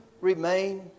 remain